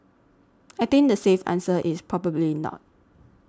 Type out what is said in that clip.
I think the safe answer is probably not